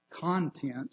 content